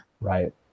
Right